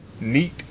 neat